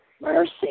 Mercy